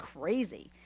crazy